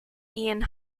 ian